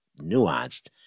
nuanced